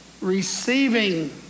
receiving